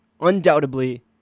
undoubtedly